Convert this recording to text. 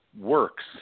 works